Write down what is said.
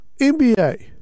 NBA